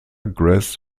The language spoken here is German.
grass